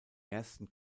ersten